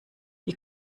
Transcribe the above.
die